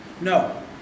No